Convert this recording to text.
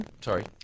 Sorry